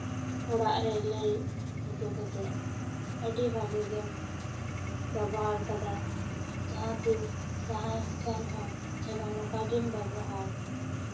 ᱚᱲᱟᱜ ᱨᱮ ᱞᱟᱹᱭ ᱦᱚᱴᱚ ᱠᱟᱛᱮ ᱟᱹᱰᱤ ᱵᱷᱟᱜᱮ ᱜᱮᱢ ᱵᱮᱵᱚᱦᱟᱨ ᱠᱟᱫᱟ ᱡᱟᱦᱟᱸ ᱛᱤᱥ ᱡᱟᱦᱟᱸᱭ ᱴᱷᱮᱱ ᱦᱚᱸ ᱡᱮᱱᱚ ᱱᱚᱝᱠᱟ ᱜᱮᱢ ᱵᱮᱵᱚᱦᱟᱨ